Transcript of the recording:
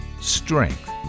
Strength